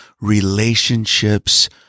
relationships